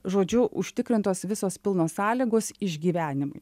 žodžiu užtikrintos visos pilnos sąlygos išgyvenimui